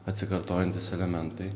atsikartojantys elementai